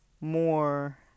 more